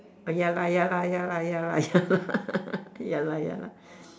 ya lah ya lah ya lah ya lah ya ya lah ya lah